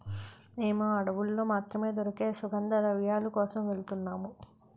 మేము అడవుల్లో మాత్రమే దొరికే సుగంధద్రవ్యాల కోసం వెలుతున్నాము